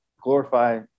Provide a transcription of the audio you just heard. glorify